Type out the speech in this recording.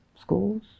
schools